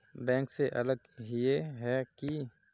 Bank से अलग हिये है की?